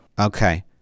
Okay